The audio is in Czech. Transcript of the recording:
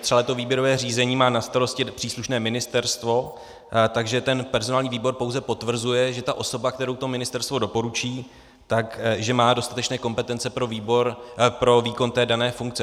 Celé to výběrové řízení má na starosti příslušné ministerstvo, takže ten personální výbor pouze potvrzuje, že osoba, kterou ministerstvo doporučí, má dostatečné kompetence pro výkon dané funkce.